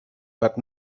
but